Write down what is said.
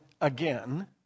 again